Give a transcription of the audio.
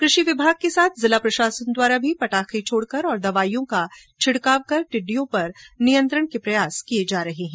कृषि विभाग के साथ जिला प्रशासन द्वारा भी पटाखे छोडकर और दवाइयों का छिड़काव कर टिड़िडयों पर नियंत्रण का प्रयास किया जा रहा है